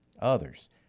others